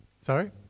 Sorry